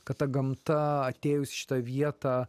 kad ta gamta atėjus į šitą vietą